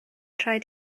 rhaid